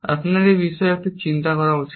আপনার এই বিষয়ে একটু চিন্তা করা উচিত